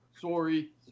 Sorry